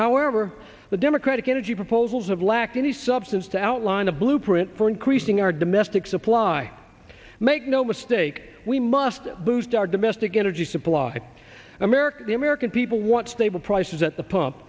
however the democratic energy proposals have lacked any substance to outline a blueprint for increasing our domestic supply make no mistake we must boost our domestic energy supply america the american people want stable prices at the pump